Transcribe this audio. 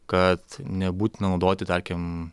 kad nebūtina naudoti tarkim